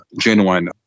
genuine